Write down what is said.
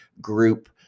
group